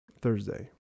Thursday